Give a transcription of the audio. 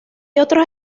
otros